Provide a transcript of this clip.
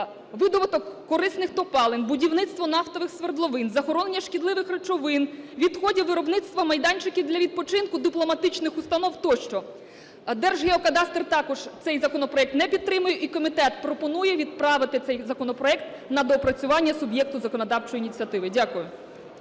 видобуток корисних копалин, будівництво нафтових свердловин, захоронення шкідливих речовин, відходів виробництва, майданчики для відпочинку, дипломатичних установ тощо. Держгеокадастр також цей законопроект не підтримує і комітет пропонує відправити цей законопроект на доопрацювання суб'єкту законодавчої ініціативи. Дякую.